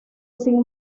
sin